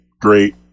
great